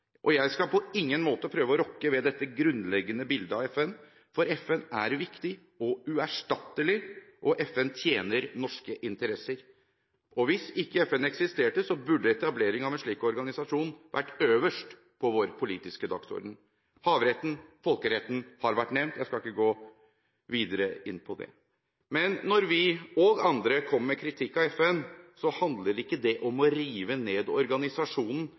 Jeg skal på ingen måte prøve å rokke ved dette grunnleggende bildet av FN, for FN er viktig og uerstattelig, og FN tjener norske interesser. Hvis ikke FN eksisterte, burde etablering av en slik organisasjon vært øverst på vår politiske dagsorden. Havretten og folkeretten har vært nevnt. Jeg skal ikke gå videre inn på det. Når vi og andre kommer med kritikk av FN, handler ikke det om å rive ned organisasjonen,